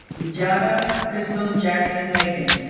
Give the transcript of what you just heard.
ijada crystal jackson-macon